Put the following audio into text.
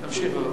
תמשיך, בבקשה.